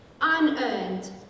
unearned